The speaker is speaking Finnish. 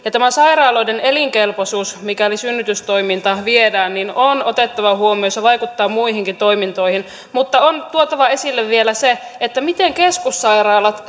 tämä sairaaloiden elinkelpoisuus mikäli synnytystoiminta viedään on otettava huomioon se vaikuttaa muihinkin toimintoihin mutta on tuotava esille vielä se miten keskussairaalat